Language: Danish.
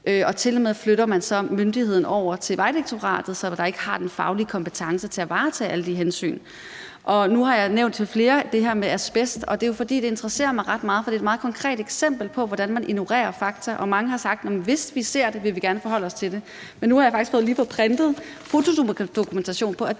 Til og med flytter man så myndigheden over til Vejdirektoratet, selv om de ikke har den faglige kompetence til at varetage alle de hensyn. Nu har jeg nævnt det her med asbest over for flere, og det er jo, fordi det interesserer mig ret meget, og fordi det er et meget konkret eksempel på, hvordan man ignorerer fakta. Mange har sagt, at hvis de ser det, vil de gerne forholde sig til det. Men nu har jeg faktisk lige fået printet fotodokumentation på, at